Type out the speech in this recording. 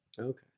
okay